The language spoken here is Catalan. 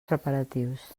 preparatius